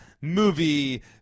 Movie